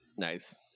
nice